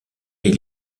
est